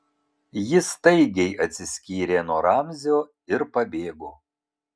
ji staigiai atsiskyrė nuo ramzio ir pabėgo